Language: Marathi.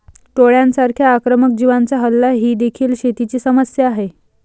टोळांसारख्या आक्रमक जीवांचा हल्ला ही देखील शेतीची समस्या आहे